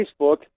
Facebook